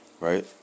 Right